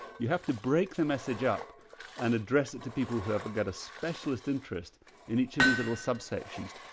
you have to break the message up and address it to people who have got a specialist interest in each of these little subsections.